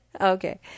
Okay